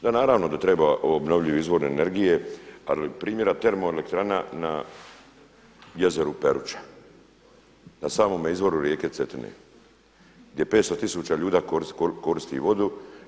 Da, naravno da trebaju obnovljivi izvozi energije, ali primjer, termoelektrana na jezeru Peruča, na samome izvoru rijeke Cetine gdje 500 tisuća ljudi koristi vodu.